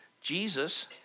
Jesus